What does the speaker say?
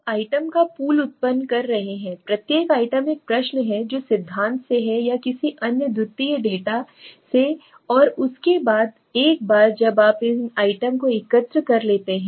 आप आइटम का पूल उत्पन्न कर रहे हैं प्रत्येक आइटम एक प्रश्न है जो सिद्धांत से है या किसी अन्य द्वितीयक डेटा से और इसके बाद एक बार जब आप इन आइटम को एकत्र कर लेते हैं